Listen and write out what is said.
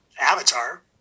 avatar